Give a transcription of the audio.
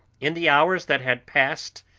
in the hours that had passed,